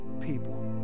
people